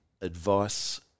advice